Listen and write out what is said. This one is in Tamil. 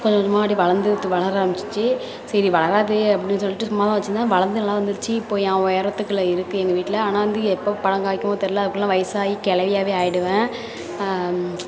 கொஞ்சம் கொஞ்சமாக அப்படியே வளர்ந்து வளர ஆரம்பிச்சிச்சு சரி வளராது அப்படின்னு சொல்லிட்டு சும்மா தான் வச்சுருந்தேன் அது வளர்ந்து நல்லா வந்திரிச்சு இப்போ என் உயரத்திக்கில் இருக்குது எங்கள் வீட்டில் ஆனால் வந்து எப்போ பழம் காய்க்குமோ தெரியிலை அதுக்குள்ளே நான் வயசாகி கெழவியாவே ஆயிடுவேன்